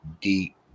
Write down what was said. deep